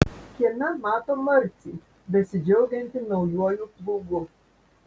kieme mato marcį besidžiaugiantį naujuoju plūgu